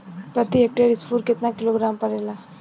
प्रति हेक्टेयर स्फूर केतना किलोग्राम परेला?